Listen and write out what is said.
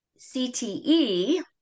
CTE